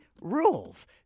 Rules